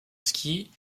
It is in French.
ski